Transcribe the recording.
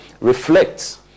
reflects